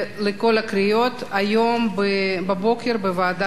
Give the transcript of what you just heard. הקריאות היום בבוקר בוועדת הכנסת.